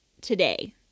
today